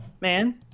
man